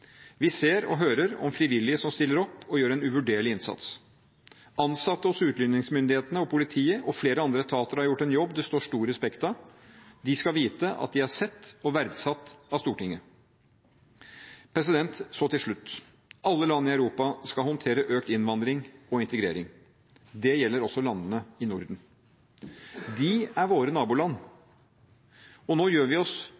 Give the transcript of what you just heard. Vi ser og hører om frivillige som stiller opp og gjør en uvurderlig innsats. Ansatte hos utlendingsmyndighetene, politiet og flere andre etater har gjort en jobb det står stor respekt av. De skal vite at de er sett og verdsatt av Stortinget. Så til slutt: Alle land i Europa skal håndtere økt innvandring og integrering. Det gjelder også landene i Norden. De er våre naboland, og nå gjør vi oss